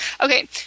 Okay